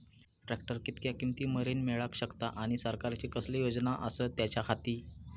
Tractor कितक्या किमती मरेन मेळाक शकता आनी सरकारचे कसले योजना आसत त्याच्याखाती?